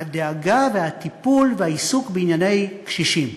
הדאגה והטיפול והעיסוק בענייני קשישים.